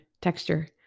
texture